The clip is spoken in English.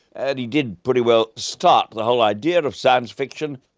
and he did pretty well start the whole idea of science fiction.